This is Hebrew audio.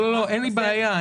אין לי בעיה.